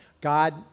God